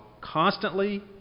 constantly